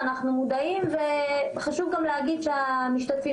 אנחנו מודעים לכך וחשוב גם להגיד כדי שהמשתתפים